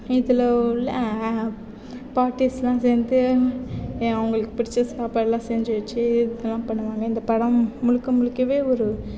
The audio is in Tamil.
இதில் உள்ள பாட்டிஸ்யெலாம் சேர்ந்து அவங்களுக்கு பிடிச்ச சாப்பாடெல்லாம் செஞ்சு வச்சு இதெல்லாம் பண்ணுவாங்க இந்த படம் முழுக்க முழுக்கவே ஒரு